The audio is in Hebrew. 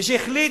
מי שהחליט,